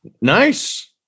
Nice